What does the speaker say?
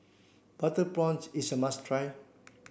butter prawns is a must try